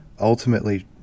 ultimately